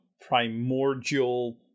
primordial